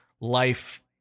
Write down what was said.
life